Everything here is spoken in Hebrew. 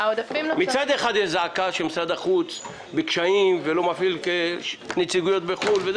מצד אחד יש זעקה שמשרד החוץ בקשיים ולא מפעיל נציגויות בחו"ל,